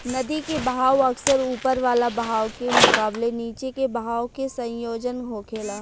नदी के बहाव अक्सर ऊपर वाला बहाव के मुकाबले नीचे के बहाव के संयोजन होखेला